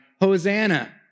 Hosanna